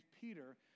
Peter